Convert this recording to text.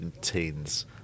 teens